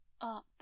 up